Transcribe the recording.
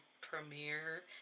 premiere